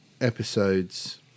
episodes